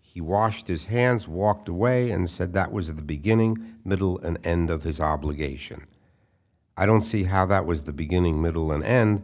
he washed his hands walked away and said that was the beginning middle and end of his obligation i don't see how that was the beginning middle and